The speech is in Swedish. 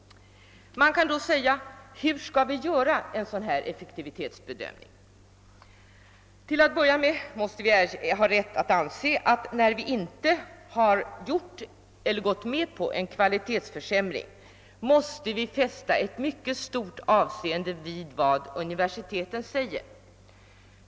Hur skall vi då göra en effektivitetsbedömning? Till att börja med måste vi ha rätt att anse, att när vi inte har gått med på en kvalitetsförsämring måste vi fästa ett mycket stort avseende vid vad universiteten anför.